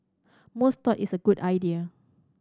most thought its a good idea